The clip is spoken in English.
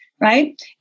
Right